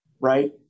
right